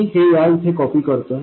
मी हे या इथे कॉपी करतोय